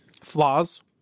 Flaws